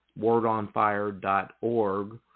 WordOnFire.org